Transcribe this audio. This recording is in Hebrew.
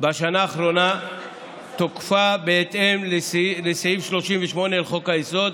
בשנה האחרונה הוארך תוקפה בהתאם לסעיף 38 לחוק-יסוד: